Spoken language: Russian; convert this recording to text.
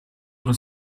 одну